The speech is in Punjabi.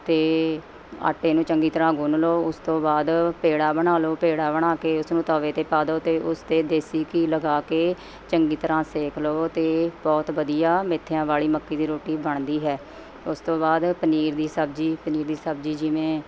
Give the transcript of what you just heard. ਅਤੇ ਆਟੇ ਨੂੰ ਚੰਗੀ ਤਰ੍ਹਾਂ ਗੁੰਨ ਲਓ ਉਸ ਤੋਂ ਬਾਅਦ ਪੇੜਾ ਬਣਾ ਲਓ ਪੇੜਾ ਬਣਾ ਕੇ ਉਸਨੂੰ ਤਵੇ 'ਤੇ ਪਾ ਦਿਉ ਅਤੇ ਉਸ 'ਤੇ ਦੇਸੀ ਘੀ ਲਗਾ ਕੇ ਚੰਗੀ ਤਰ੍ਹਾਂ ਸੇਕ ਲਓ ਅਤੇ ਬਹੁਤ ਵਧੀਆ ਮੇਥਿਆਂ ਵਾਲ਼ੀ ਮੱਕੀ ਦੀ ਰੋਟੀ ਬਣਦੀ ਹੈ ਉਸ ਤੋਂ ਬਾਅਦ ਪਨੀਰ ਦੀ ਸਬਜ਼ੀ ਪਨੀਰ ਦੀ ਸਬਜ਼ੀ ਜਿਵੇਂ